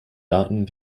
daten